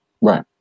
Right